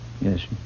Yes